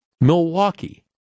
Milwaukee